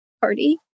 party